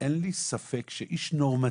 אין לי ספק שאיש נורמטיבי,